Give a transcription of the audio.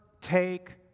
take